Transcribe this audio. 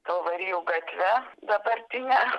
kalvarijų gatve dabartine